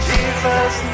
Jesus